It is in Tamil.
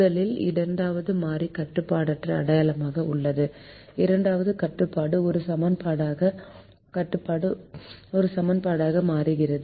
முதல் இரண்டாவது மாறி கட்டுப்பாடற்ற அடையாளமாக உள்ளது இரண்டாவது கட்டுப்பாடு ஒரு சமன்பாடாக மாறுகிறது